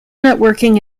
networking